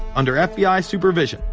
under fbi supervision,